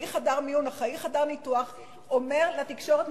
חדר מיון או אחראי חדר ניתוח אומר לתקשורת,